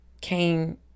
came